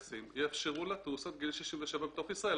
יאפשרו לטוס עד גיל 67 בתוך ישראל.